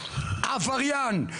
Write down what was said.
עבריין,